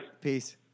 peace